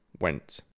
went